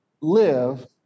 live